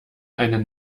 eine